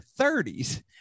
30s